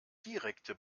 direkte